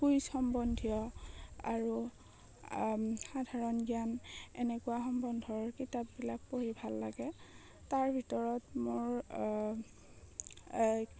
quiz সম্বন্ধীয় আৰু সাধাৰণ জ্ঞান এনেকুৱা সম্বন্ধৰ কিতাপবিলাক পঢ়ি ভাল লাগে তাৰ ভিতৰত মোৰ